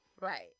Right